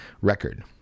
record